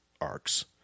arcs